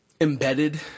embedded